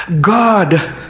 God